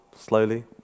slowly